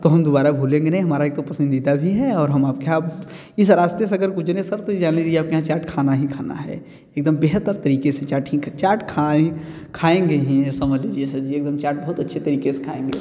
अब तो हम दुबारा भूलेंगे नहीं हमारा एक तो पसंदीदा भी है और हम आप के इस रास्ते से अगर गुज़रें सर तो यानी आप के यहाँ चाट खाना ही खाना है एक दम बेहतर तरीक़े से चाट ही चाट खाएँ खाएँगे ही समझ लीजिए सर जी एक दम चाट बहुत अच्छे तरीक़े से खाएँगे